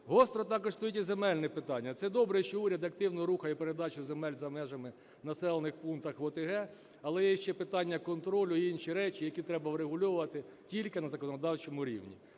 Гостро також стоїть і земельне питання. Це добре, що уряд активно рухає передачу земель за межами населених пунктів в ОТГ, але є ще питання контролю і інші речі, які треба врегульовувати тільки на законодавчому рівні.